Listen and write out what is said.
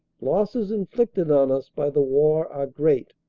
losses inflicted on us by the war are great,